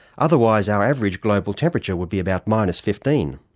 otherwise our average global temperature would be about minus fifteen.